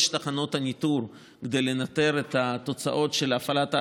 תחנות ניטור כדי לנטר את התוצאות של הפעלת האסדה,